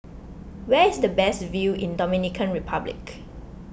where is the best view in Dominican Republic